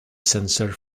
sensor